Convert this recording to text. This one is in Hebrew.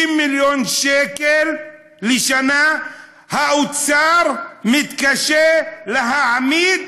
50 מיליון שקל לשנה האוצר מתקשה להעמיד